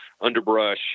underbrush